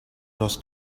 los